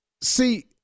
See